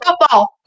Football